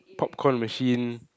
popcorn machine